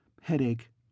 Headache